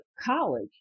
college